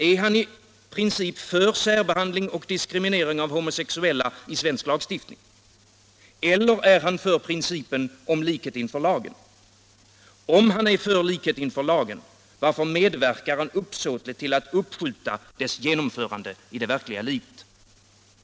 Är han i princip för särbehandling och diskriminering av homosexuella i svensk lagstiftning? Eller är han för principen om likhet inför lagen? Om han är för likhet inför lagen, varför medverkar han uppsåtligt till att uppskjuta dess genomförande i det verkliga livet?